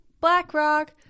BlackRock